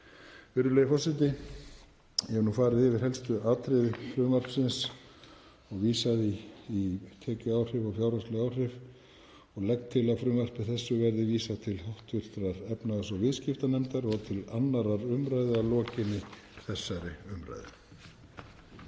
Virðulegi forseti. Ég hef nú farið yfir helstu atriði frumvarpsins og vísað í tekjuáhrif og fjárhagsleg áhrif. Ég legg til að frumvarpi þessu verði vísað til hv. efnahags- og viðskiptanefndar og til 2. umræðu að lokinni þessari umræðu.